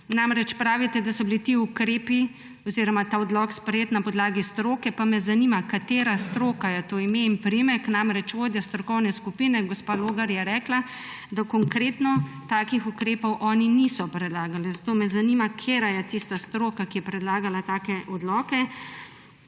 Pravite, da so bili ti ukrepi oziroma ta odlok je bil sprejet na podlagi stroke. Pa me zanima, katera stroka je to, ime in priimek. Vodja strokovne skupine gospa Logar je rekla, da konkretno takih ukrepov oni niso predlagali. Zato me zanima: Katera je tista stroka, ki je predlagala take odloke?